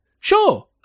sure